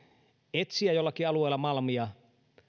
etsiä jollakin alueella malmia